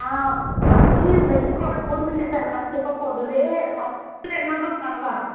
ആ പണി വലിയ കുഴപ്പമൊന്നുമില്ല സാർ പക്ഷെ ഇപ്പം പൊതുവേ വർക്ക് വരുന്നതൊക്കെ കുറവാണ്